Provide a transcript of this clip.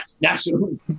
national